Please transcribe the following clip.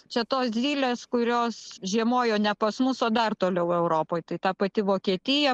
čia tos zylės kurios žiemojo ne pas mus o dar toliau europoj tai ta pati vokietija